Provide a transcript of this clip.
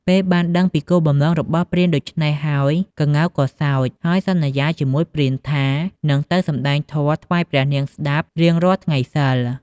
ពេលបានដឹងពីគោលបំណងរបស់ព្រានដូច្នេះហើយក្ងោកក៏សើចហើយសន្យាជាមួយព្រានថានឹងទៅសម្ដែងធម៌ថ្វាយព្រះនាងស្ដាប់រៀងរាល់ថ្ងៃសីល។